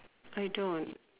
I don't